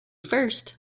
first